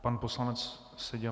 Pan poslanec Seďa.